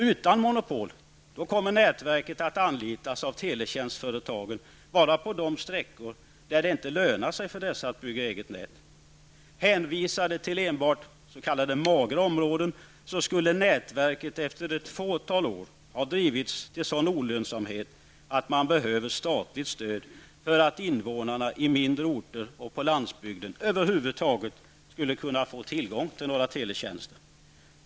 Utan monopol kommer ''nätverket'' att anlitas av teletjänstföretagen bara på de sträckor där det inte lönar sig för dessa att bygga eget nät. Hänvisade till enbart ''magra'' områden skulle ''nätverket'' efter ett fåtal år ha drivits till sådan olönsamhet att man behöver statligt stöd för att invånare i mindre orter och på landsbygden över huvud taget skulle kunna få tillgång till några teletjänster.